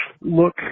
look